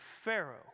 Pharaoh